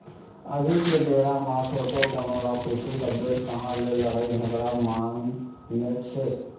अभी के बेरा म थोरको कोनो ल कुछु कबे तहाँ ले लड़ई झगरा मातनेच हे